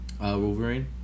Wolverine